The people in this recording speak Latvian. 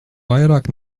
vairāk